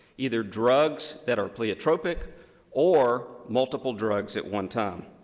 either drugs that are pleotropic or multiple drugs at one time.